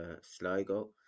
sligo